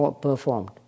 performed